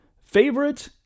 favorite